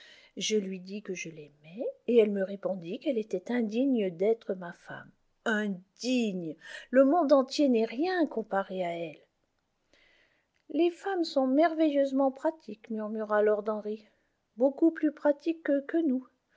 je lui dis que je l'aimais et elle me répondit qu'elle était indigne d'être ma femme indigne le monde entier n'est rien comparé à elle les femmes sont merveilleusement pratiques murmura lord henry beaucoup plus pratiques que nous nous